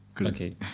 Okay